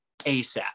ASAP